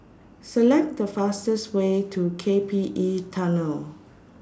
Select The fastest Way to K P E Tunnel